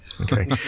Okay